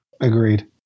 Agreed